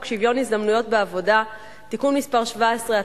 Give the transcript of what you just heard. שוויון ההזדמנויות בעבודה (תיקון מס' 17),